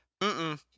Mm-mm